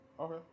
Okay